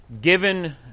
given